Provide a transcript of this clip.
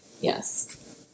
Yes